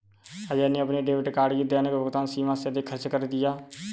अजय ने अपने debit card की दैनिक भुगतान सीमा से अधिक खर्च कर दिया